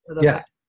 yes